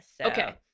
Okay